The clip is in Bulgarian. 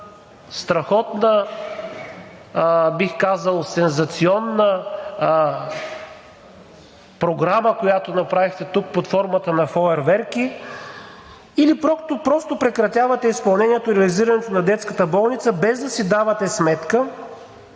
страхотна, бих казал, сензационна програма, която направихте тук под формата на фойерверки, или просто прекратявате изпълнението и реализирането на детската болница, без да си давате сметка,